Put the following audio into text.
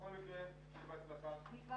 תיקון מהותי כי כל הזמן נדמה